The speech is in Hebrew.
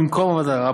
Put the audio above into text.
במקום ועדת ערר,